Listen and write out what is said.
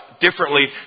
differently